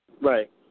Right